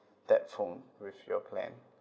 that phone with your plan